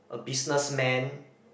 a business man